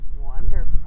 wonderful